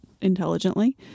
intelligently